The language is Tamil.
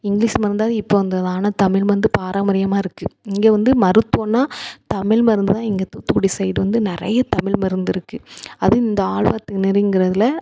இங்கிலீஸ் மருந்தாவது இப்போ வந்ததுதான் ஆனால் தமிழ் மருந்து பாரம்பரியமாக இருக்குது இங்கே வந்து மருத்துவம்னால் தமிழ் மருந்துதான் எங்கள் தூத்துக்குடி சைடு வந்து நிறைய தமிழ் மருந்து இருக்குது அதுவும் இந்த ஆழ்வார் திருநீரிங்கிறதில்